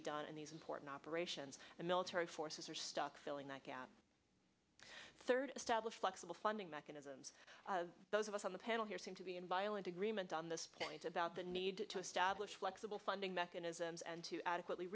be done in these important operations the military forces are stuck filling that gap third establish flexible funding mechanisms those of us on the panel here seem to be in violent agreement on this point about the need to establish flexible funding mechanisms and to adequately